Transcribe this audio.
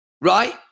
right